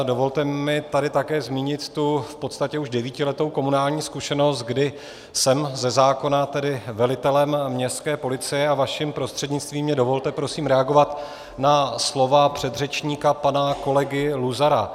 Dovolte mi tady také zmínit tu v podstatě už devítiletou komunální zkušenost, kdy jsem ze zákona velitelem městské policie, a vaším prostřednictvím mi prosím dovolte reagovat na slova předřečníka pana kolegy Luzara.